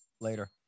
later